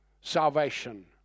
salvation